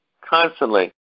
constantly